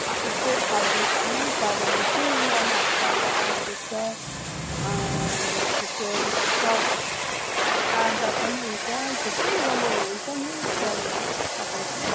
अब स्ट्रेट खालको नै छ भने चाहिँ रिहानाहरू काट्दा राम्रो देख्छ यस्तो सर्ट काट्दा पनि हुन्छ थुप्रै अब हुन्छ नि स्टाइलहरू कपालको